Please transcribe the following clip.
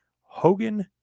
Hogan